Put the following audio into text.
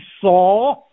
saw